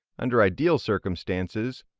under ideal circumstances,